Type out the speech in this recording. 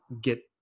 get